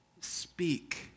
speak